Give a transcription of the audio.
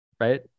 Right